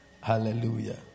Hallelujah